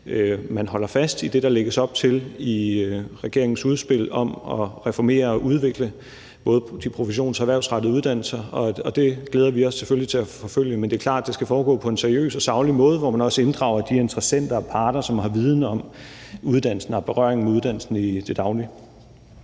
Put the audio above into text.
man holder fast i det, som der lægges op til i regeringens udspil om at reformere og udvikle både de professionsrettede og erhvervsrettede uddannelser, og det glæder vi os til at forfølge. Men det er klart, at det skal foregå på en seriøs og saglig måde, hvor man også inddrager de interessenter og parter, som har viden om uddannelsen og har berøring med uddannelsen i det daglige.